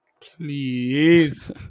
Please